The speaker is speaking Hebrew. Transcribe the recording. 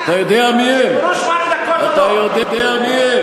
אתה יודע מי הם?